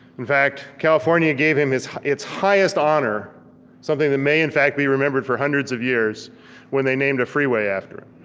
in fact, california gave him its highest honor something that may, in fact, be remembered for hundreds of years when they named a freeway after him.